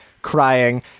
crying